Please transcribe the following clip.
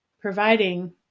providing